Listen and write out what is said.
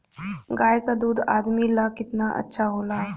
गाय का दूध आदमी ला कितना अच्छा होला?